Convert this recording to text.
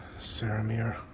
Saramir